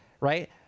right